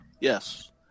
Yes